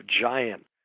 giant